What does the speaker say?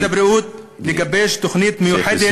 על משרד הבריאות לגבש תוכנית מיוחדת,